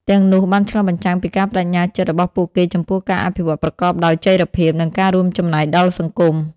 ទាំងនោះបានឆ្លុះបញ្ចាំងពីការប្តេជ្ញាចិត្តរបស់ពួកគេចំពោះការអភិវឌ្ឍប្រកបដោយចីរភាព និងការរួមចំណែកដល់សង្គម ។